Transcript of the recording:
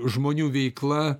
žmonių veikla